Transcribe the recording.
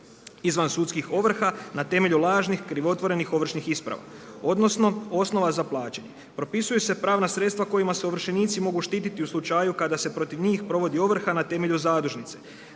izvansudskih ovrha na temelju lažnih krivotvorenih ovršnih isprava. Odnosno osnova za plaće. Propisuju se pravna sredstva kojima se ovršenici mogu štititi u slučaju kada se protiv njih provodi ovrha na temelju zadužnice.